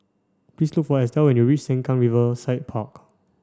please look for Estel when you reach Sengkang Riverside Park